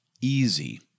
easy